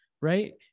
right